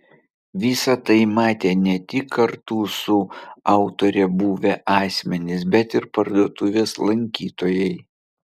visa tai matė ne tik kartu su autore buvę asmenys bet ir parduotuvės lankytojai